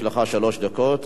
יש לך שלוש דקות.